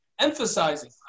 emphasizing